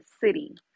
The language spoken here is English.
City